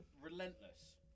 relentless